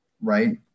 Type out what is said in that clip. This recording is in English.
Right